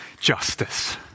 justice